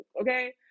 okay